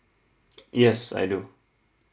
yes I do